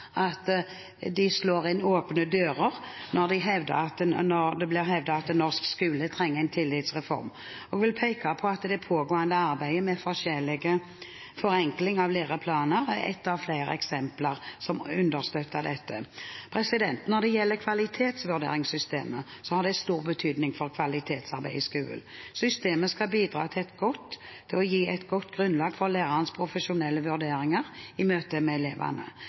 det – slår inn åpne dører når det blir hevdet at norsk skole trenger en tillitsreform, og vil peke på at det pågående arbeidet med forenkling av læreplaner er ett av flere eksempler som understøtter dette. Når det gjelder kvalitetsvurderingssystemet, har det stor betydning for kvalitetsarbeidet i skolen. Systemet skal bidra til å gi et godt grunnlag for lærernes profesjonelle vurderinger i møtet med elevene.